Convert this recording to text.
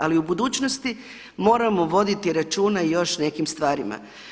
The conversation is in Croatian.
Ali u budućnosti moramo voditi računa i još o nekim stvarima.